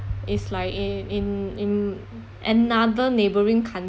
is like in in in another neighbouring country